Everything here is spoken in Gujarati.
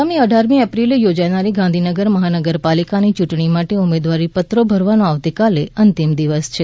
આગામી અઢારમી એપ્રિલે યોજાનારી ગાંધીનગર મહાનગરપાલિકાની યુંટણી માટે ઉમેદવારી પત્રો ભરવાનો આવતીકાલે અંતીમ દિવસ છે